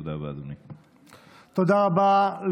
תודה רבה,